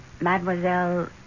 Mademoiselle